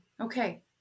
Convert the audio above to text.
Okay